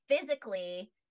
physically